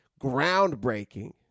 groundbreaking